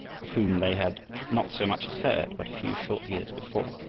of whom they had not so much as heard but a few short years before.